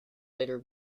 later